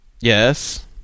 yes